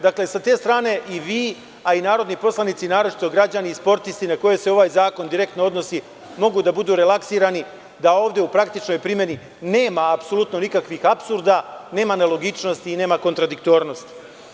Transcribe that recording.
Dakle, sa te strane i vi a i narodni poslanici, naročito građani i sportisti na koje se ovaj zakon direktno donosi mogu da budu relaksirani da ovde u praktičnoj primeni nema apsolutno nikakvih apsurda, nema nelogičnosti i nema kontradiktornosti.